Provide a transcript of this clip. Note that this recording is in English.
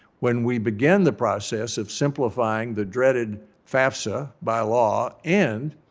when we began the process of simplifying the dreaded fafsa by law, and